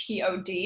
pod